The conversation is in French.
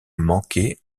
manquer